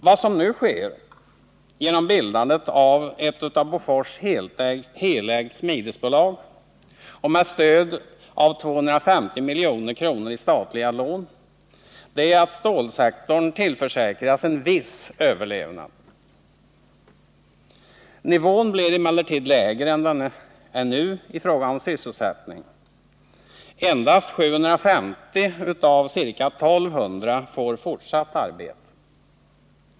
Vad som nu sker, genom bildandet av ett av Bofors helägt smidesbolag och med stöd av 250 milj.kr. i statliga lån, är att stålsektorn tillförsäkras en viss överlevnad. Nivån blir emellertid lägre än nu i fråga om sysselsättning. Endast 750 av ca 1 200 får fortsatt arbete.